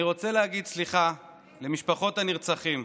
אני רוצה להגיד סליחה למשפחות הנרצחים: